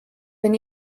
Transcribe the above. wenn